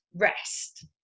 rest